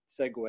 segue